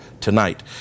tonight